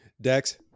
Dex